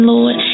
Lord